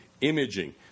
imaging